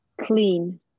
clean